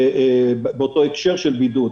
באותו הקשר של בידוד.